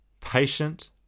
patient